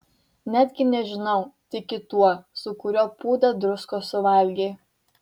netgi nežinau tiki tuo su kuriuo pūdą druskos suvalgei